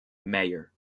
mayer